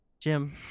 Jim